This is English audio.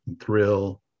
thrill